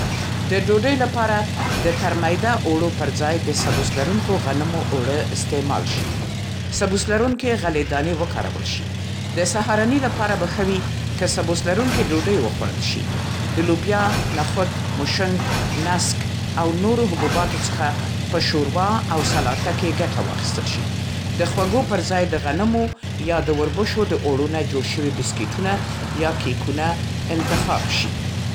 د ډوډۍ لپاره د ترمیده اوړو پر ځای د سبوس‌لرونکو غنمو اوړه استعمال شي. سبوس‌لرونکې غلې دانې وکارول شي. د سهارني لپاره به ښه وي که سبوس‌لرونکې ډوډۍ وخوړل شي. د لوبیا، نخود، موشونګ، نسک او نورو حبوباتو څخه په شوروا او سلاته کې ګټه واخیستل شي. د خواږو پر ځای د غنمو یا د وربشو د اوړو نه جوړ شوي بسکټونه یا کیکونه انتخاب شي.